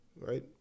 right